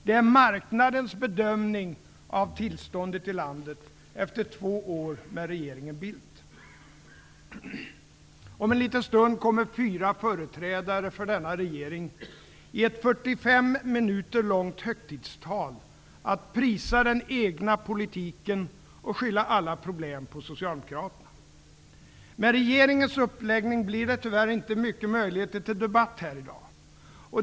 Det är marknadens bedömning av tillståndet i landet, efter två år med regeringen Om en liten stund kommer fyra företrädare för denna regering, i ett 45 minuter långt högtidstal, att prisa den egna politiken och skylla alla problem på socialdemokraterna. Med regeringens uppläggning blir det tyvärr inte många tillfällen till debatt här i dag.